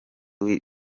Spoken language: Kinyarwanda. w’i